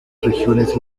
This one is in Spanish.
regiones